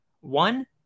One